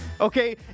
okay